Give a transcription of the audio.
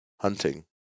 hunting